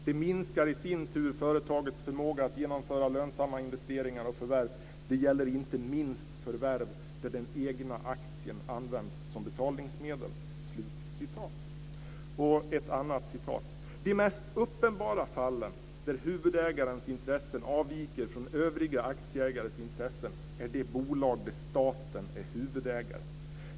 Det minskar i sin tur företagets förmåga att genomföra lönsamma investeringar och förvärv. Det gäller inte minst förvärv där den egna aktien används som betalningsmedel." Här är ett annat citat: "De mest uppenbara fallen, där huvudägarens intressen avviker från övriga aktieägares intressen, är de bolag där staten är huvudägare.